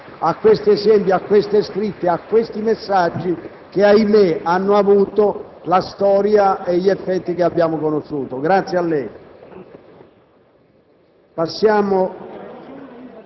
a questi esempi, a queste scritte e a questi messaggi che, ahimè, hanno avuto la storia e gli effetti che abbiamo conosciuto.